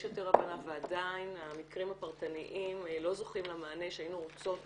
יותר הבנה ועדיין המקרים הפרטניים לא זוכים למענה שהיינו רוצות